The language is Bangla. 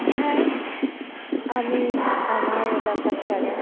হ্যাঁ আমি আমার এলাকা ছাড়া